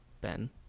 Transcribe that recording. Ben